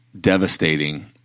devastating